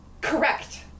Correct